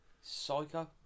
Psycho